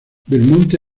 belmonte